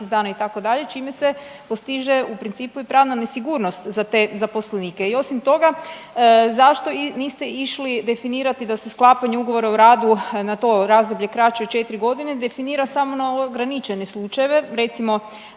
dana itd., čime se postiže u principu i pravna nesigurnost za te zaposlenike. I osim toga zašto niste išli definirati da se sklapanje ugovora o radu na to razdoblje kraće od 4 godine definira samo na ograničene slučajeve recimo